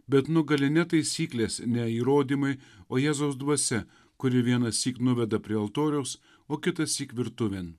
bet nugali ne taisyklės ne įrodymai o jėzaus dvasia kuri vienąsyk nuveda prie altoriaus o kitąsyk virtuvėn